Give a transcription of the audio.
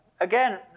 again